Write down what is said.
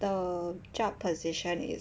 the job position is